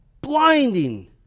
Blinding